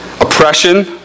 oppression